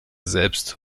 selbst